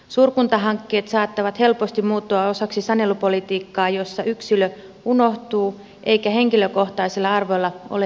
suurkuntahankkeet saattavat helposti muuttua osaksi sanelupolitiikkaa jossa yksilö unohtuu eikä henkilökohtaisilla arvoilla ole merkitystä